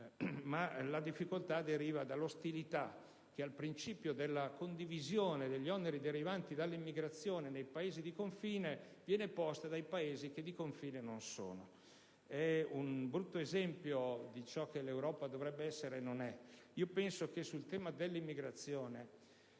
La difficoltà deriva dall'ostilità che al principio della condivisione degli oneri derivanti dalla immigrazione nei Paesi di confine viene opposta dai Paesi che di confine non sono. È un brutto esempio di ciò che l'Europa dovrebbe essere e non è. Penso che la scelta di lasciare